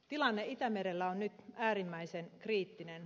tilanne itämerellä on nyt äärimmäisen kriittinen